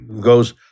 goes